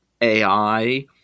AI